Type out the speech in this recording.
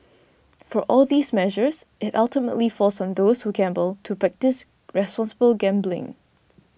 for all these measures it ultimately falls on those who gamble to practise responsible gambling